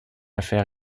affaire